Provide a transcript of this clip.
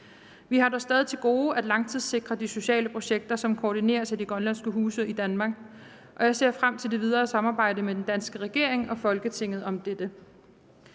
Vi har dog stadig til gode at langtidssikre de sociale projekter, som koordineres af de grønlandske huse i Danmark, og jeg ser frem til det videre samarbejde med den danske regering og Folketinget om dette.